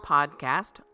Podcast